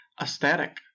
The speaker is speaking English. aesthetic